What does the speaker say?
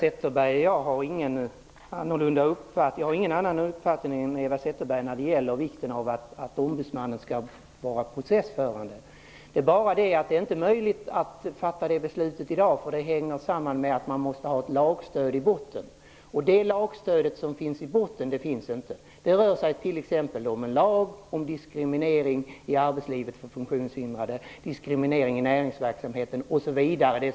Herr talman! Jag har ingen annan uppfattning än Eva Zetterbeg när det gäller vikten av att ombudsmannen bör ges en processförande roll. Men det är inte möjligt att fatta ett sådant beslut i dag. Det hänger samman med att man måste ha ett lagstöd i botten. Det lagstödet finns inte i dag. Det rör sig om en lag om diskriminering i arbetslivet för funktionshindrade, diskriminering i näringsverksamheten, osv.